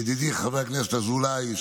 ידידי חבר הכנסת אזולאי,